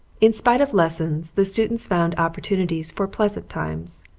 in spite of lessons the students found opportunities for pleasant times.